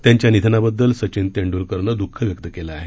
त्यांच्या निधनाबद्दल सचिन तेंडुलकरनं दुःख व्यक्त केलं आहे